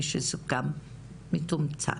לעשות את זה כפי שסוכם ובאופן מתומצת.